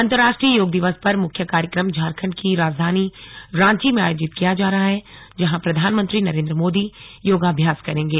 अंतर्राष्ट्रीय योग दिवस पर मुख्य कार्यक्रम झारखंड की राजधानी रांची में आयोजित किया जा रहा है जहां प्रधानमंत्री नरेंद्र मोदी योगाभ्यास करेंगे